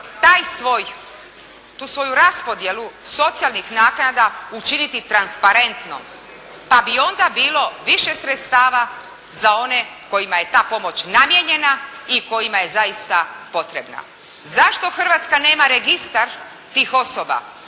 treba tu svoju raspodjelu socijalnih naknada učiniti transparentno pa bi onda bilo više sredstava za one kojima je ta pomoć namijenjena i kojima je zaista potrebna. Zašto Hrvatska nema registar tih osoba?